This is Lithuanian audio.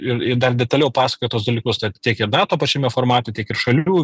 ir dar detaliau pasakojo tuos dalykus tiek ir nato pačiame formate tiek ir šalių